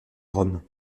rome